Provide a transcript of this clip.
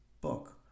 book